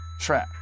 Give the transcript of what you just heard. trap